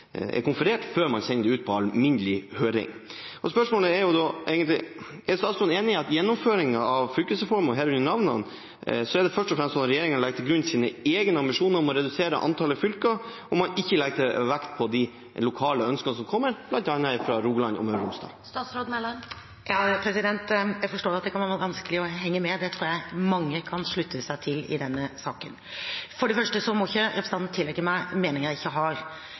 konferert før man sender det ut på alminnelig høring. Spørsmålet er da: Er statsråden enig i at det i forbindelse med gjennomføringen av fylkesreformen, herunder navnene, først og fremst er sånn at regjeringen legger til grunn sin egen ambisjon om å redusere antallet fylker, og at man ikke legger vekt på de lokale ønskene som kommer, bl.a. fra Rogaland og Møre og Romsdal? Jeg forstår at det kan være vanskelig å henge med, det tror jeg mange kan slutte seg til i denne saken. For det første må ikke representanten Nordlund tillegge meg meninger jeg ikke har.